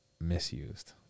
misused